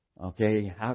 Okay